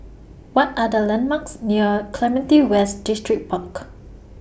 What Are The landmarks near Clementi West Distripark